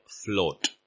float